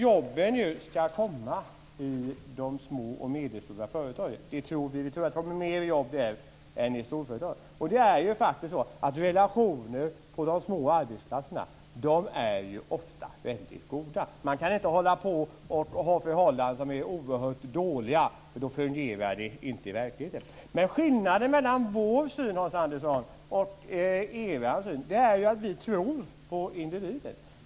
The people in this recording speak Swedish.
Jobben skall komma i de små och medelstora företagen. Vi tror att det kommer fler jobb där än i storföretagen. Relationerna på de små arbetsplatserna är ju ofta väldigt goda. Man kan inte ha förhållanden som är oerhört dåligt, för då fungerar det inte. Skillnaden mellan vår syn, Hans Andersson, och er syn är att vi tror på individen.